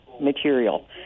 material